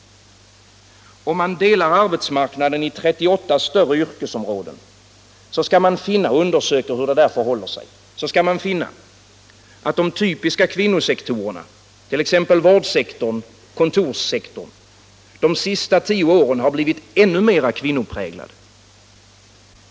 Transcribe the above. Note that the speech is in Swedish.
Om man delar arbetsmarknaden i 38 större yrkesområden och undersöker hur det förhåller sig skall man finna att de typiska kvinnosektorerna —-t.ex. vårdsektorn, kontorssektorn — de senaste tio åren har blivit ännu mer kvinnopräglade.